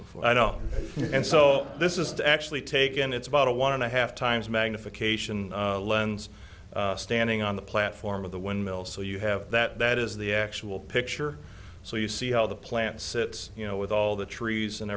before i know and so this is to actually take in it's about a one and a half times magnification lens standing on the platform of the windmill so you have that that is the actual picture so you see how the plant sits you know with all the trees and